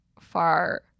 far